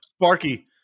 Sparky